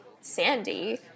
Sandy